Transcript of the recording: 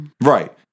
right